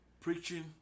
preaching